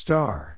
Star